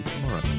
tomorrow